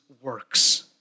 works